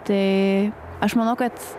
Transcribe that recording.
tai aš manau kad